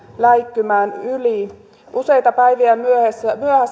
läikkymään yli useita päiviä myöhässä